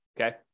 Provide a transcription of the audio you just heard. okay